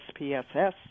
SPSS